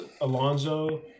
Alonso